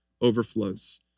overflows